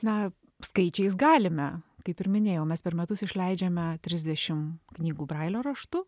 na skaičiais galime kaip ir minėjau mes per metus išleidžiame trisdešim knygų brailio raštu